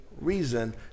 reason